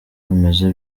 bimeze